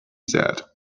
said